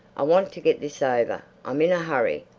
i want to get this over. i'm in a hurry.